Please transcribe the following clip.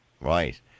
Right